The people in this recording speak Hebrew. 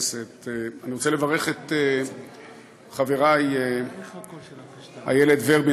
אני רוצה לברך את חברי איילת ורבין